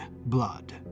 blood